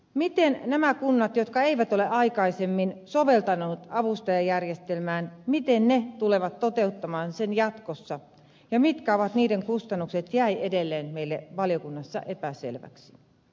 miten nämä kunnat jotka eivät ole aikaisemmin soveltaneet avustajajärjestelmää tulevat toteuttamaan sen jatkossa ja mitkä ovat niiden kustannukset jäi edelleen meille valiokunnassa epäselväksi